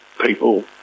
people